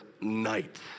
night